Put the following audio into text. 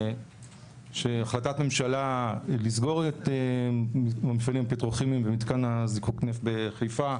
שהחלטת ממשלה לסגור את מפעלים פטרוכימיים ומתקן הזיקוק נפט בחיפה.